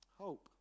Hope